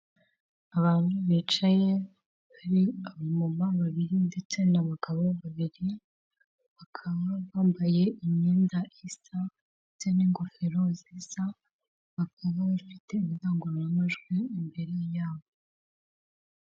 Abantu bicaye hari abamama babiri ndetse n'abagabo babiri, bakaba bambaye imyenda isa ndetse n'ingofero zisa, bakaba bafite indangururanmajwi imbere yabo.